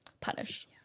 punish